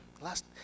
Last